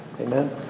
Amen